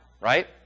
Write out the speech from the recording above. right